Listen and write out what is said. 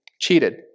cheated